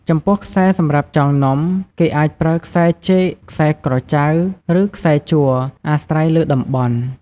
ចំពោះខ្សែសម្រាប់ចងនំ គេអាចប្រើខ្សែចេក ខ្សែក្រចៅ ឬខ្សែជ័រ អាស្រ័យលើតំបន់។